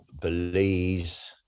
Belize